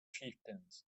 chieftains